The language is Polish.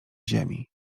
ziemi